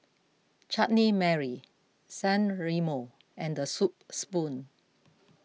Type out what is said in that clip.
Chutney Mary San Remo and the Soup Spoon